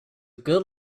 good